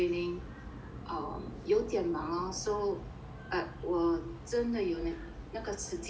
um 有点忙 lor so like 我真的有那个时间